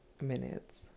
Minutes